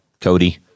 Cody